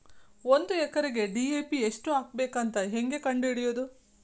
ಒಂದು ಎಕರೆಗೆ ಡಿ.ಎ.ಪಿ ಎಷ್ಟು ಹಾಕಬೇಕಂತ ಹೆಂಗೆ ಕಂಡು ಹಿಡಿಯುವುದು?